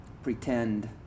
Pretend